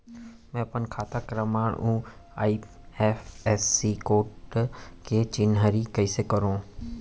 मैं अपन खाता क्रमाँक अऊ आई.एफ.एस.सी कोड के चिन्हारी कइसे करहूँ?